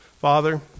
Father